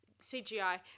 CGI